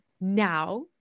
now